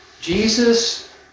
Jesus